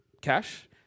cash